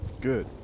Good